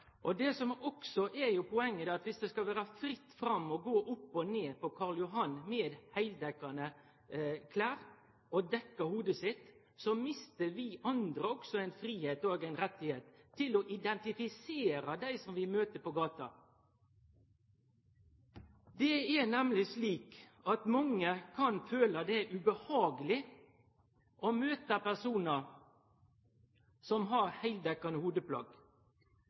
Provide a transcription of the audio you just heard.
Det som også er poenget, er at dersom det skal vere fritt fram å gå opp og ned på Karl Johan med heildekkjande klede og dekkje hovudet sitt, mister vi andre også ein fridom og retten til å identifisere dei som vi møter på gata. Mange kan føle det er ubehageleg å møte personar som har heildekkjande hovudplagg.